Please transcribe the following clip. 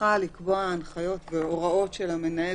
מסמיכה לקבוע הנחיות והוראות של המנהל